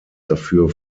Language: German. dafür